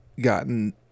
gotten